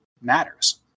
matters